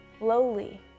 Lowly